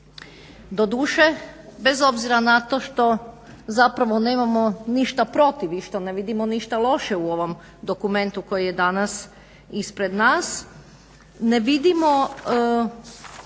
Doduše, bez obzira na to što zapravo nemamo ništa protiv i što ne vidimo ništa loše u ovom dokumentu koji je danas ispred nas, ne vidimo